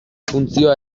funtzioa